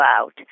out